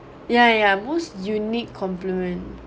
yeah yeah most unique compliment